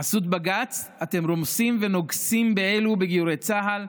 בחסות בג"ץ אתם רומסים ונוגסים באלו, בגיורי צה"ל,